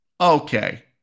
Okay